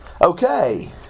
Okay